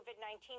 COVID-19